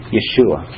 Yeshua